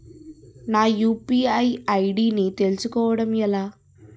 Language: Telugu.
నా యు.పి.ఐ ఐ.డి ని తెలుసుకోవడం ఎలా?